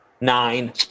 Nine